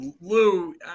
Lou